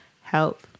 Help